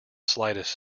slightest